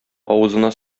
авызына